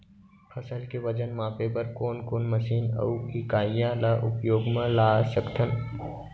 फसल के वजन मापे बर कोन कोन मशीन अऊ इकाइयां ला उपयोग मा ला सकथन?